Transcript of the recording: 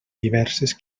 diverses